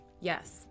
Yes